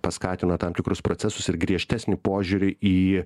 paskatino tam tikrus procesus ir griežtesnį požiūrį į